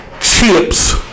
chips